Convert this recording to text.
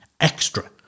extra